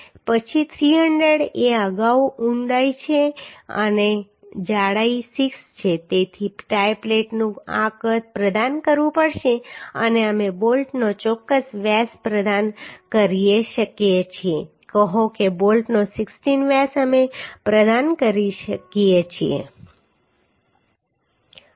પછી 300 એ ઊંડાઈ છે અને જાડાઈ 6 છે તેથી ટાઈ પ્લેટનું આ કદ પ્રદાન કરવું પડશે અને અમે બોલ્ટનો ચોક્કસ વ્યાસ પ્રદાન કરી શકીએ છીએ કહો કે બોલ્ટનો 16 વ્યાસ અમે પ્રદાન કરી શકીએ છીએ